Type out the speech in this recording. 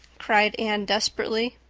cried anne desperately.